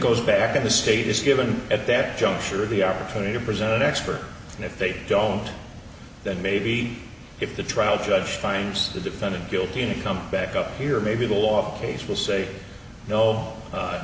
goes back to the status given at that juncture of the opportunity to present an expert and if they don't then maybe if the trial judge finds the defendant guilty and come back up here maybe the law case will say no